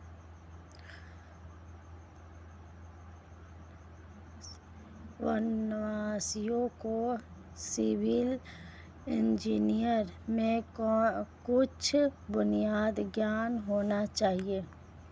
वनवासियों को civil engineering में कुछ बुनियादी ज्ञान होना चाहिए